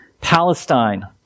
Palestine